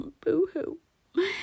Boo-hoo